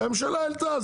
כי הממשלה העלתה,